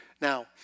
Now